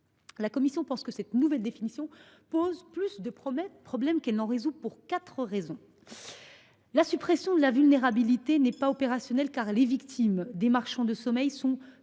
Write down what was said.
La commission pense que cette nouvelle définition pose plus de problèmes qu’elle n’en résout, pour trois raisons. Tout d’abord, la suppression de la vulnérabilité n’est pas opérationnelle, car les victimes des marchands de sommeil sont